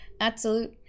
absolute